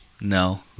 No